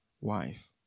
wife